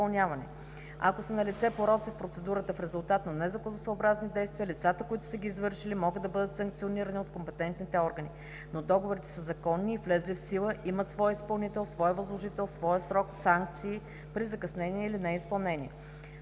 Ако са налице пороци в процедурата в резултат на незаконосъобразни действия лицата, които са ги извършили, могат да бъдат санкционирани от компетентните органи. Но договорите са законни и влезли в сила – имат своя изпълнител, своя възложител, своя срок, санкции при закъснение или неизпълнение.